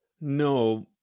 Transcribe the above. No